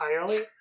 entirely